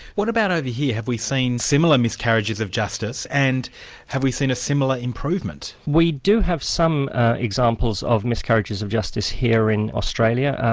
what about over here, have we seen similar miscarriages of justice, and have we seen a similar improvement? we do have some examples of miscarriages of justice here in australia,